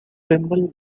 trimble